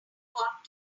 caught